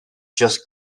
just